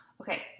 Okay